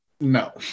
No